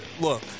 look